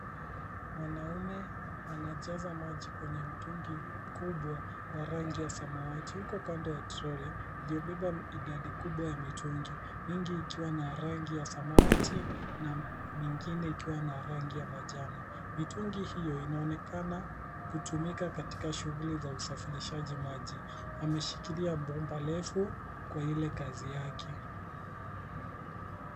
Mwanaume anajaza maji kwenye mtungi mkubwa wa rangi ya samawati. Yuko kando ya troli iliyobeba idadi kubwa ya mitungi mingi ikiwa na rangi ya samawati na mingine ikiwa na rangi ya manjano. Mitungi hiyo inaonekana kutumika katika shughuli za usafirishaji maji. Wameshikilia bomba refu kwa ile kazi yake.